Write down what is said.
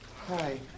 hi